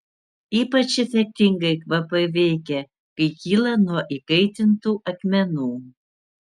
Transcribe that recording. ypač efektingai kvapai veikia kai kyla nuo įkaitintų akmenų